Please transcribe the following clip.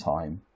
time